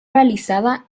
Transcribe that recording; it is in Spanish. realizada